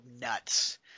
nuts